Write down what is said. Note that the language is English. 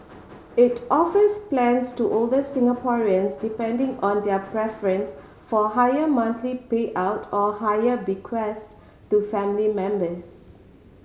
it offers plans to older Singaporeans depending on their preference for higher monthly payout or higher bequest to family members